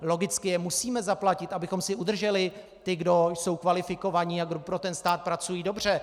Logicky je musíme zaplatit, abychom si udrželi ty, kdo jsou kvalifikovaní a kdo pro stát pracují dobře.